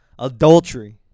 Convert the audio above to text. adultery